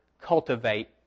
cultivate